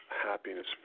happiness